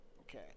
Okay